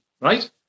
right